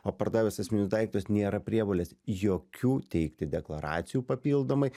o pardavęs asmeninius daiktus nėra prievolės jokių teikti deklaracijų papildomai